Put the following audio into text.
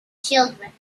children